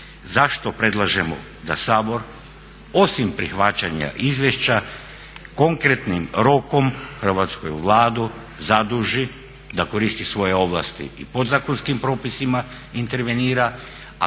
zašto predlažemo da Sabor osim prihvaćanja izvješća konkretnim rokom hrvatsku Vladu zaduži da koristi svoje ovlasti i podzakonskim propisima intervenira,